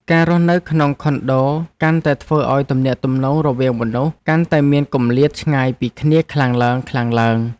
ការរស់នៅក្នុងខុនដូកាន់តែធ្វើឱ្យទំនាក់ទំនងរវាងមនុស្សកាន់តែមានគម្លាតឆ្ងាយពីគ្នាខ្លាំងឡើងៗ។